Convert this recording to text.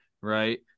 right